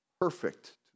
perfect